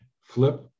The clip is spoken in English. flip